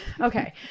Okay